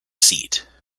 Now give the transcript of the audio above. seat